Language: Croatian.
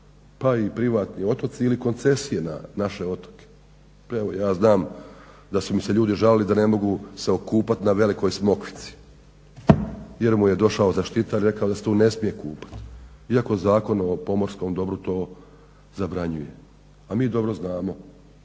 pa i privatni otoci ili koncesije na naše otoke. Evo ja znam da su mi se ljudi žalili da ne mogu se okupati na Velikoj Smokvici jer mu je došao zaštitar i rekao da se tu ne smije kupati iako Zakon o pomorskom dobru to zabranjuje. A mi dobro znamo